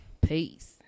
Peace